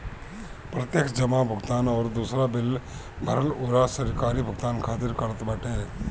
प्रत्यक्ष जमा भुगतान अउरी दूसर बिल भरला अउरी सरकारी भुगतान खातिर करत बाटे